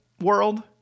world